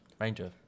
Ranger